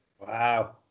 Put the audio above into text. Wow